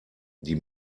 die